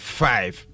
five